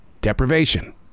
Deprivation